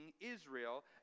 Israel